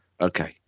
Okay